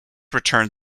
returned